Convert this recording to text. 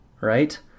right